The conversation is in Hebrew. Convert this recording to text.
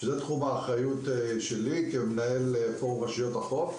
זה תחום האחריות שלי כמנהל פורום רשויות החוף.